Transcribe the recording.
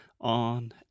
on